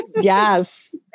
Yes